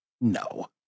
No